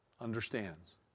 understands